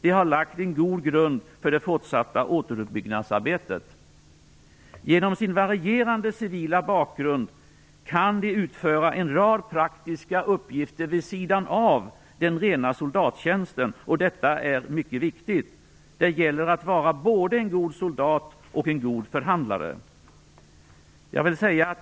De har lagt en god grund för det fortsatta återuppbyggnadsarbetet. Genom sin varierande civila bakgrund kan de utföra en rad praktiska uppgifter vid sidan av den rena soldattjänsten, och detta är mycket viktigt. Det gäller att vara både en god soldat och en god förhandlare.